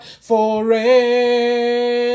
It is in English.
forever